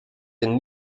den